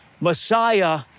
Messiah